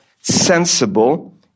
sensible